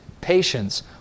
patience